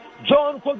John